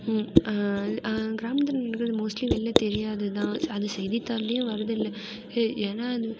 இல் கிராமத்தில் நடக்கிறது மோஸ்ட்லி வெளில தெரியாது தான் ச அது செய்தித்தாள்லையும் வரதில்லை ஏ ஏன்னா அது